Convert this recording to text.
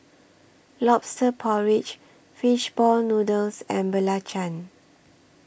Lobster Porridge Fish Ball Noodles and Belacan